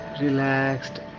relaxed